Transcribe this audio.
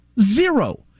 zero